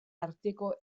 arteko